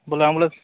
ବୋଲେ ଆମ୍ବୁଲାନ୍ସ୍